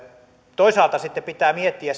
toisaalta sitten pitää miettiä